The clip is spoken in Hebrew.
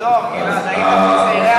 שנות דור, גלעד, היית מצעירי הליכוד.